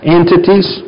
entities